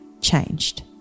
changed